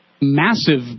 massive